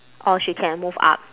or she can move up